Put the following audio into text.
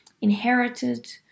inherited